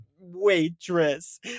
waitress